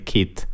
Kit